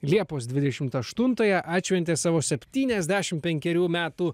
liepos dvidešimt ašstuntąją atšventė savo septyniasdešim penkerių metų